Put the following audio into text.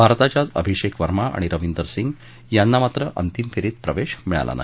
भारताच्याच अभिषेक वर्मा आणि रविंदर सिंग यांना मात्र अंतिम फेरीत प्रवेश मिळाला नाही